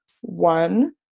one